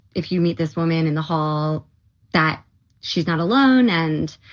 if you meet this woman in the hall that she's not alone and,